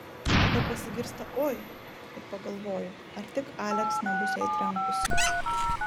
tada pasigirsta oi ir pagalvoju ar tik aleks nebus jai trenkusi